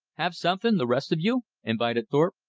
have something, the rest of you? invited thorpe.